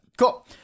Cool